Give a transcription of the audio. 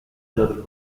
georges